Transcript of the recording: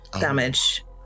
damage